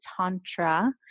tantra